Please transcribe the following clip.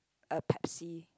a Pepsi